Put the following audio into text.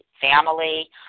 family